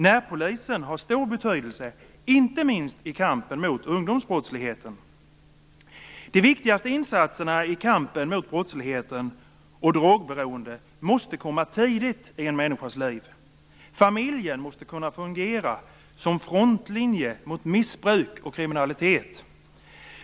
Närpolisen har stor betydelse, inte minst i kampen mot ungdomsbrottsligheten. De viktigaste insatserna i kampen mot brottslighet och drogberoende måste komma tidigt i en människas liv. Familjen måste kunna fungera som frontlinje mot missbruk och kriminalitet.